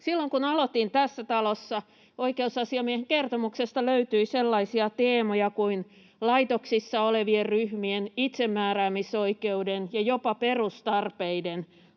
Silloin kun aloitin tässä talossa, oikeusasiamiehen kertomuksesta löytyi sellaisia teemoja kuin laitoksissa olevien ryhmien itsemääräämisoikeuden ja jopa perustarpeiden